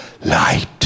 light